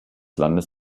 landes